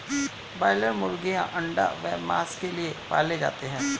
broiler मुर्गीयां अंडा व मांस के लिए पाले जाते हैं